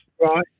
Right